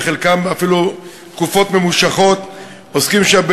וחלקם אפילו עוסקים שם תקופות ממושכות בלימודים,